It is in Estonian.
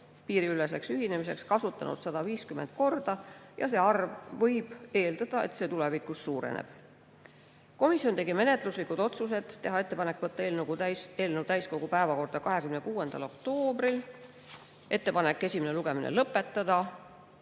piiriülese ühinemise võimalust kasutanud 150 korda ja võib eeldada, et see arv tulevikus suureneb. Komisjon tegi järgmised menetluslikud otsused: teha ettepanek võtta eelnõu täiskogu päevakorda 26. oktoobriks, teha ettepanek esimene lugemine lõpetada,